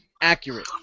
accurate